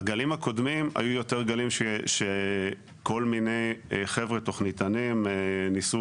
הקודמים היו יותר גלים שכל מיני חבר'ה תוכניתנים ניסו